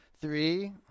three